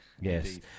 Yes